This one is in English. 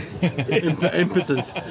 Impotent